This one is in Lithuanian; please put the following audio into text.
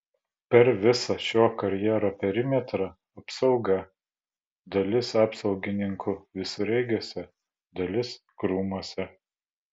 per visą šio karjero perimetrą apsauga dalis apsaugininkų visureigiuose dalis krūmuose